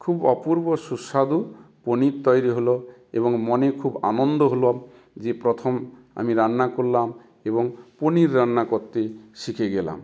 খুব অপূর্ব সুস্বাদু পনির তৈরি হলো এবং মনে খুব আনন্দ হলো যে প্রথম আমি রান্না করলাম এবং পনির রান্না করতে শিখে গেলাম